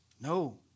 No